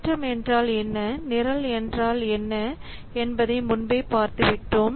திட்டம் என்றால் என்ன நிரல் என்றால் என்ன என்பதை முன்பே பார்த்துவிட்டோம்